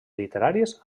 literaris